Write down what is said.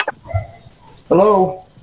Hello